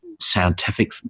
scientific